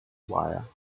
wire